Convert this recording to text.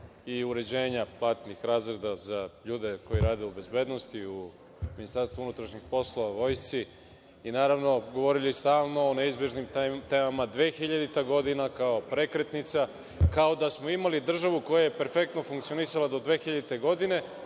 i uređenja platnih razreda za ljude koji rade u bezbednosti, u Ministarstvu unutrašnjih poslova, u Vojsci i, naravno, govorili stalno o neizbežnim temama, dvehiljadita godina, kao prekretnica. Kao da smo imali državu koja je perfektno funkcionisala do 2000. godine,